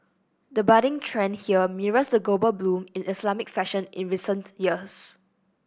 the budding trend here mirrors the global boom in Islamic fashion in recent years